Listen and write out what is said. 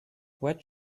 what